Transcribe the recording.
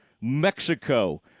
Mexico